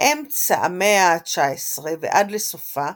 מאמצע המאה ה-19 ועד לסופה,